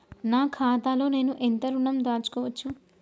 నా ఖాతాలో నేను ఎంత ఋణం దాచుకోవచ్చు?